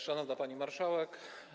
Szanowna Pani Marszałek!